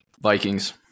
Vikings